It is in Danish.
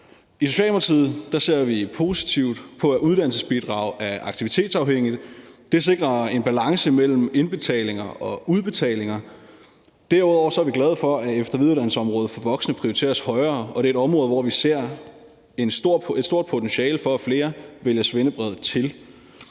I Socialdemokratiet ser vi positivt på, at uddannelsesbidrag er aktivitetsafhængigt. Det sikrer en balance mellem indbetalinger og udbetalinger. Derudover er vi glade for, at efter- og videreuddannelsesområdet for voksne prioriteres højere. Det er et område, hvor vi ser et stort potentiale for, at flere vælger svendebrevet til.